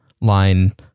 line